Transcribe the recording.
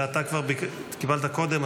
ואתה כבר קיבלת קודם,